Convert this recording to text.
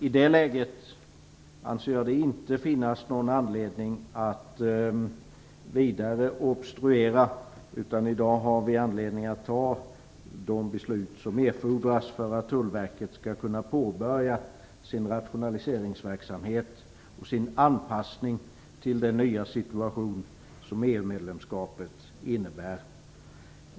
I det läget anser jag inte att det finns någon grund för att vidare obstruera. I dag har vi anledning att fatta de beslut som erfordras för att Tullverket skall kunna påbörja sin rationaliseringsverksamhet och sin anpassning till den nya situation som EU-medlemskapet innebär.